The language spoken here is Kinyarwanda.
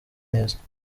neza